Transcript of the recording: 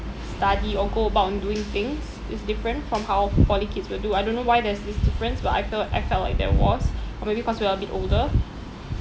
study or go about on doing things is different from how poly kids will do I don't know why there is this difference but I felt li~ I felt like there was or maybe cause we are a bit older